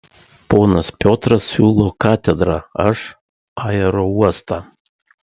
ponas piotras siūlo katedrą aš aerouostą